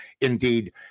indeed